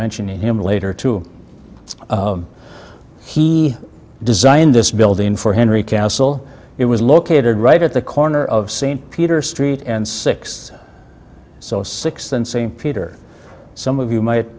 mentioning him later to say he designed this building for henry castle it was located right at the corner of st peter street and six so six then st peter some of you might